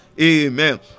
Amen